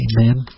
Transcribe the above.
Amen